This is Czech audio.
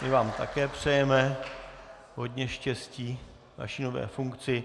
My vám také přejeme hodně štěstí ve vaší nové funkci.